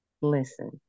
Listen